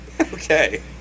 Okay